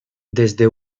desde